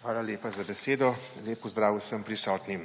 Hvala lepa za besedo. Lep pozdrav vsem prisotnim!